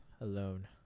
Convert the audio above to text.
alone